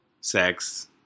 sex